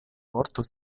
vorton